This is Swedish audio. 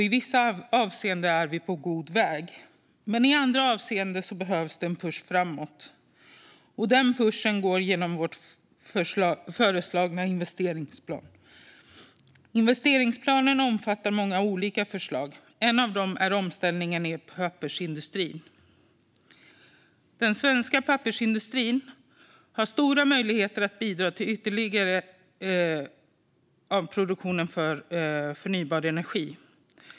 I vissa avseenden är vi på god väg, men i andra avseenden behövs det en push framåt. Den pushen går genom vår föreslagna investeringsplan. Investeringsplanen omfattar många olika förslag. Ett av dem är omställningen av pappersindustrin. Den svenska pappersindustrin har stora möjligheter att bidra till ytterligare produktion av förnybar energi.